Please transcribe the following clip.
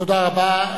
תודה רבה.